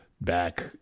back